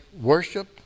worship